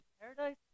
paradise